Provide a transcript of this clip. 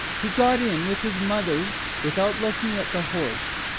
he got in with his mother without looking at the horse,